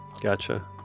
Gotcha